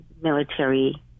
military